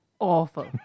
Awful